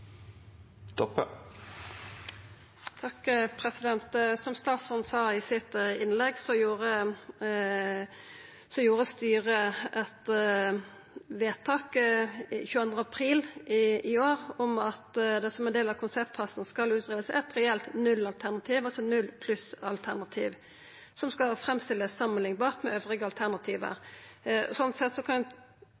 Som statsråden sa i sitt innlegg, gjorde styret eit vedtak den 22. april i år om at det som ein del av konseptfasen «skal utredes et reelt nullalternativ» – null-pluss-alternativ – «som fremstilles sammenlignbart med øvrige alternativer».